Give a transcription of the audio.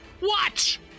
Watch